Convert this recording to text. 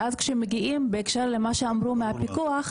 ואז כשהם מגיעים בהקשר למה שאמרו מהפיקוח,